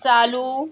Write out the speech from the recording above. चालू